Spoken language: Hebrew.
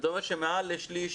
זה אומר שמעל לשליש